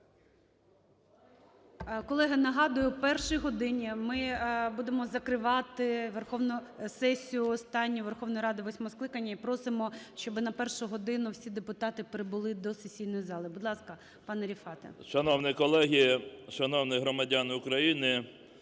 Колеги, нагадую, о першій годині ми будемо закривати сесію останню Верховної Ради восьмого скликання, і просимо, щоб на першу годину всі депутати прибули до сесійної зали. Будь ласка, пане Рефате. 12:47:07 ЧУБАРОВ Р.А. Шановні колеги, шановні громадяни України!